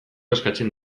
eskatzen